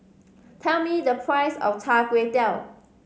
tell me the price of Char Kway Teow